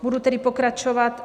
Budu tedy pokračovat.